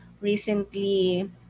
recently